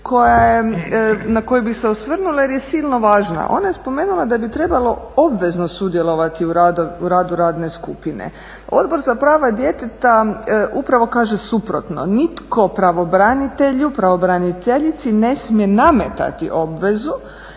na koju bih se osvrnula jer je silno važna. Ona je spomenula da bi trebalo obvezno sudjelovati u radu radne skupine. Odbor za prava djeteta upravo kaže suprotno. Nitko pravobranitelju, pravobraniteljici ne smije nametati obvezu